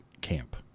camp